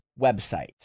website